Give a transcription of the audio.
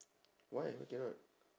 why why cannot